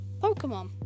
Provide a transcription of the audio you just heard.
Pokemon